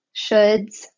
shoulds